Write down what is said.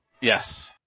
Yes